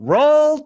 Roll